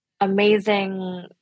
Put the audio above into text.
amazing